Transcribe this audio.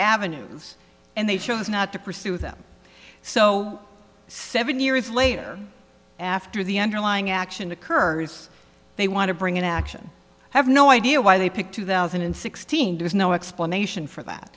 avenues and they chose not to pursue them so seven years later after the underlying action occurs they want to bring an action i have no idea why they picked two thousand and sixteen there's no explanation for that